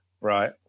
Right